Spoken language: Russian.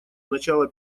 начало